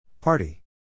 Party